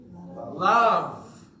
love